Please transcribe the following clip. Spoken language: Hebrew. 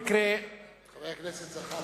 חבר הכנסת זחאלקה,